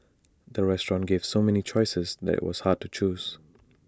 the restaurant gave so many choices that IT was hard to choose